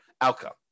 outcome